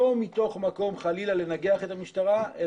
לא מתוך מקום חלילה לנגח את המשטרה -- בהחלט.